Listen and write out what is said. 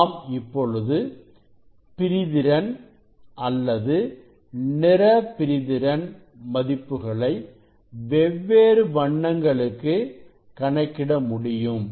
நாம் இப்பொழுது பிரிதிறன் அல்லது நிற பிரிதிறன் மதிப்புகளை வெவ்வேறு வண்ணங்களுக்கு கணக்கிட முடியும்